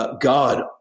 God